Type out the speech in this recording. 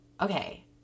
okay